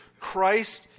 Christ